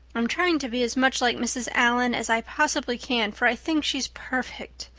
i'm trying to be as much like mrs. allan as i possibly can, for i think she's perfect.